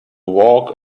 walk